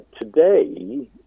Today